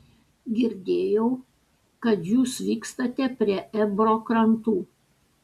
girdėjau kad jūs vykstate prie ebro krantų